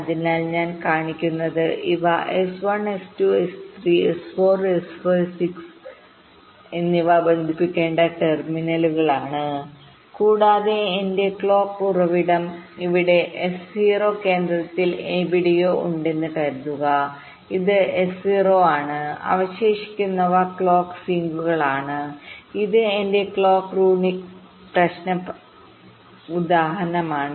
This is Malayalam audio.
അതിനാൽ ഞാൻ കാണിക്കുന്നത് ഇവ S1 S2 S3 S4 S5 S6 എന്നിവ ബന്ധിപ്പിക്കേണ്ട ടെർമിനലുകളാണ് കൂടാതെ എന്റെ ക്ലോക്ക് ഉറവിടം ഇവിടെ S0 കേന്ദ്രത്തിൽ എവിടെയോ ഉണ്ടെന്ന് കരുതുക ഇത് S0 ആണ് ശേഷിക്കുന്നവ ക്ലോക്ക് സിങ്കുകളാണ് ഇത് എന്റെ ക്ലോക്ക് റൂട്ടിംഗ് പ്രശ്ന ഉദാഹരണമാണ്